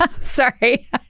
Sorry